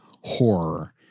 horror